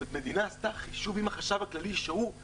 המדינה עשתה חישוב עם החשב הכללי שאני